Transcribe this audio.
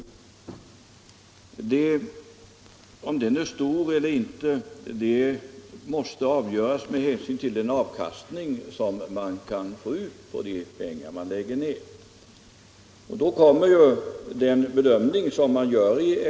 Om den kostnaden är hög eller inte måste avgöras med hänsyn till den avkastning man kan få ut av de pengar man satsar.